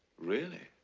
really?